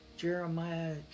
Jeremiah